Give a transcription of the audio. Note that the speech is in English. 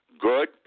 good